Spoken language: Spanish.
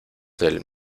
del